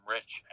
Rich